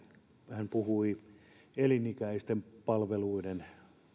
hän puhui elinikäisten palveluiden